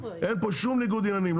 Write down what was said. אין פה שום ניגוד עניינים,